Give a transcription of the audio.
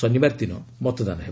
ଶନିବାର ଦିନ ମତଦାନ ହେବ